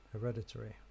Hereditary